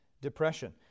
depression